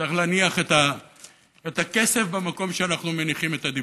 צריך להניח את הכסף במקום שבו אנחנו מניחים את הדיבורים.